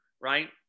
right